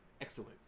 excellent